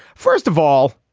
first of all,